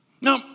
Now